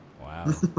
wow